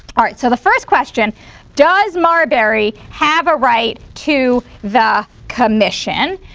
all right, so the first question does marbury have a right to the commission?